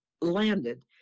landed